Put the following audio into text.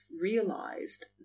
realised